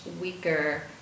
weaker